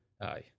Aye